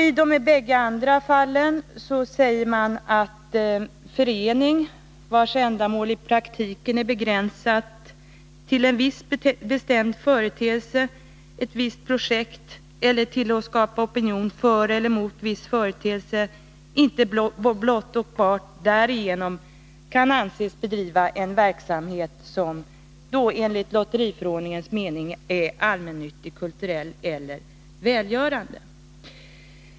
I de bägge andra fallen säger man att förening, vars ändamål i praktiken är begränsat till en viss bestämd företeelse, ett visst projekt eller till att skapa opinion för eller mot viss företeelse, inte blott och bart därigenom kan anses bedriva en verksamhet som enligt lotteriförordningens mening är allmännyttig, kulturell eller välgörande.